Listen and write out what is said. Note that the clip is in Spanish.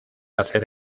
hacer